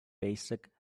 basic